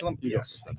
Yes